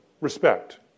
respect